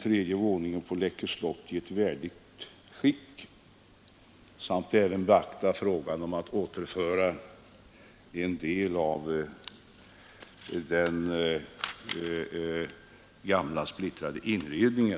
tredje våningen på Läckö slott skall ställas i ett värdigt skick samt att man skall beakta frågan om att återföra en del av den gamla splittrade inredningen.